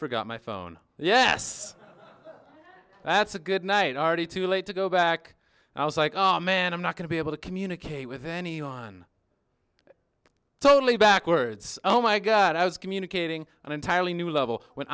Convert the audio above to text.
forgot my phone yes that's a good night already too late to go back and i was like oh man i'm not going to be able to communicate with anyone on totally backwards oh my god i was communicating an entirely new level when